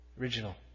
Original